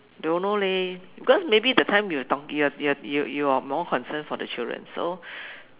don't know leh because maybe that time you were talk you you you you were more concern for the children so